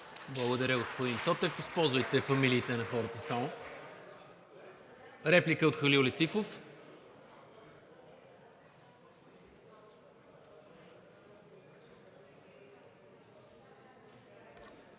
Благодаря, господин Тотев. Използвайте фамилиите на хората само. Реплика от Халил Летифов.